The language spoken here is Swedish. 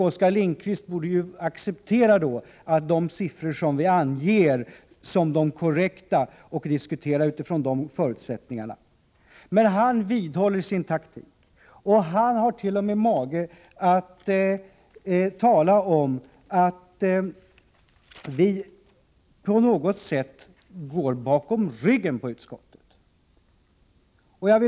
Oskar Lindkvist borde acceptera de siffror vi anger som de korrekta och diskutera utifrån de förutsättningarna. Men han vidhåller sin taktik. Han hart.o.m. mage att säga att vi på något sätt går bakom ryggen på utskottet.